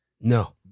No